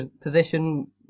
position